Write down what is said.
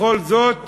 בכל זאת